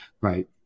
Right